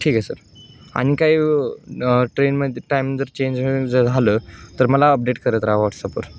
ठीक आहे सर आणि काही ट्रेनमध्ये टाईम जर चेंज झालं तर मला अपडेट करत राहा व्हॉट्सअपवर